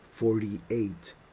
Forty-eight